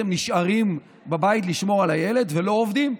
נשארים בבית לשמור על הילד ולא עובדים.